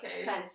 okay